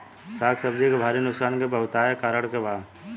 साग सब्जी के भारी नुकसान के बहुतायत कारण का बा?